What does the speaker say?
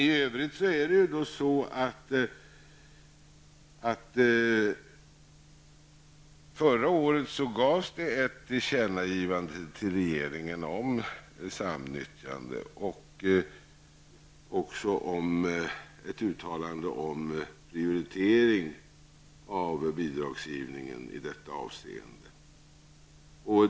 I övrigt gjordes förra året ett tillkännagivande till regeringen om samnyttjande liksom också ett uttalande om prioritering av bidragsgivning i detta avseende.